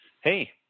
Hey